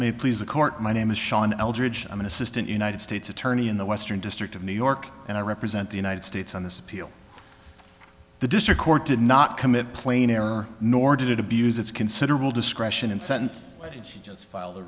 me please the court my name is shawn eldridge i'm an assistant united states attorney in the western district of new york and i represent the united states on this appeal the district court did not commit plain error nor did it abuse its considerable discretion and sent she just